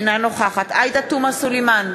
אינה נוכחת עאידה תומא סלימאן,